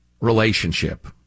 relationship